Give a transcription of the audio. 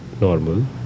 normal